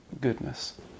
goodness